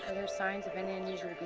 and there signs of any